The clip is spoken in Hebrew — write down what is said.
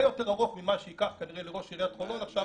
יותר ארוך ממה שיקח כנראה לראש עיריית חולון עכשיו